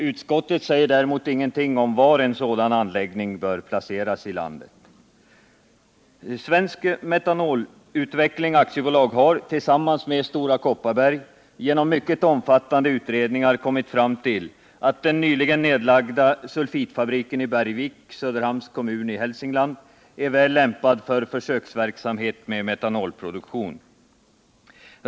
Däremot säger utskottet ingenting om var en sådan anläggning bör placeras i landet. Svensk Metanolutveckling AB har, tillsammans med Stora Kopparberg, genom mycket omfattande utredningar kommit fram till att den nyligen nedlagda sulfitfabriken i Bergvik, inom Söderhamns kommun i Hälsingland, är väl lämpad för försöksverksamhet med metanolproduktion.